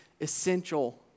essential